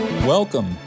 Welcome